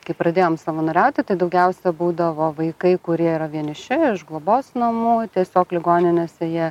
kai pradėjom savanoriauti tai daugiausia būdavo vaikai kurie yra vieniši iš globos namų tiesiog ligoninėse jie